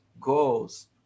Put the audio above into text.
goals